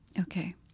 Okay